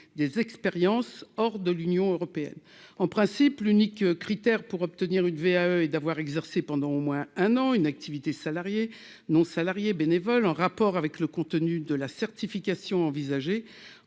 des expériences hors de l'Union européenne. En principe, l'unique critère pour obtenir une VAE est d'avoir exercé pendant au moins un an une activité salariée, non salariée ou bénévole en rapport avec le contenu de la certification envisagée,